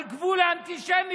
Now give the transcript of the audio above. על גבול האנטישמיות